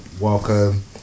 welcome